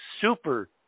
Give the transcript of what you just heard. super